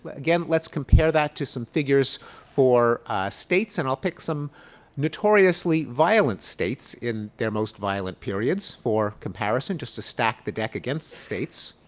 but again, let's compare that to some figures for states and i'll pick some notoriously violent states in their most violent periods for comparison just to stack the deck against states.